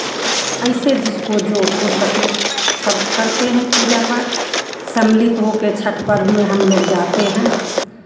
ऐसे जिसको जो हो सके सब करते हैं पूजा पाठ सम्मिलित होके छठ पर्व में हम लोग जाते हैं